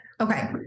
Okay